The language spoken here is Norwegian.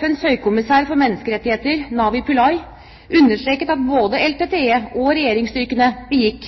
FNs høykommissær for menneskerettigheter, Navi Pillay, understreket at både LTTE og regjeringsstyrkene begikk